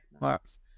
marks